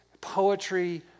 poetry